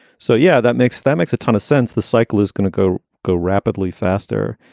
so, yeah, that makes that makes a ton of sense. the cycle is going to go go rapidly faster.